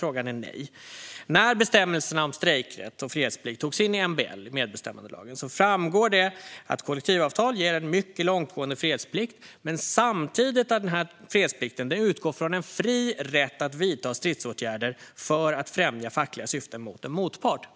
I och med att bestämmelserna om strejkrätt och fredsplikt togs in i MBL, medbestämmandelagen, framgår det att kollektivavtal ger en mycket långtgående fredsplikt och samtidigt att den här fredsplikten utgår från en fri rätt att vidta stridsåtgärder för att främja fackliga syften mot en motpart.